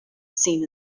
seen